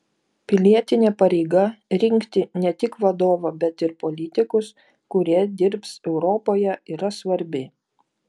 pilietinė pareiga rinkti ne tik vadovą bet ir politikus kurie dirbs europoje yra svarbi